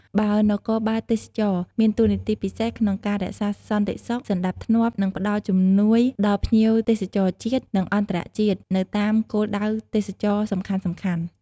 បើនគរបាលទេសចរណ៍ មានតួនាទីពិសេសក្នុងការ រក្សាសន្តិសុខ សណ្ដាប់ធ្នាប់ និងផ្ដល់ជំនួយដល់ភ្ញៀវទេសចរណ៍ ជាតិ និងអន្តរជាតិនៅតាមគោលដៅទេសចរណ៍សំខាន់ៗ។